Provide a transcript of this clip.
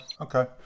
okay